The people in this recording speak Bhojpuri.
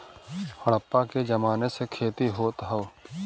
हड़प्पा के जमाने से खेती होत हौ